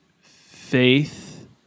Faith